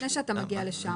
רגע, לפני שאתה מגיע לשם.